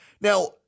Now